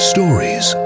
Stories